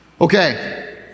okay